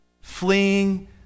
fleeing